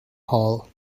hall